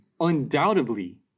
undoubtedly